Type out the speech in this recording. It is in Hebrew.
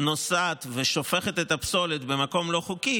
נוסעת ושופכת את הפסולת במקום לא חוקי,